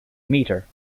meter